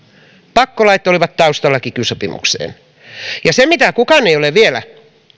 pakkolait olivat taustalla kiky sopimukseen ja kukaan ei ole ainakaan vielä